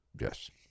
Yes